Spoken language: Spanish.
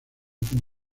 como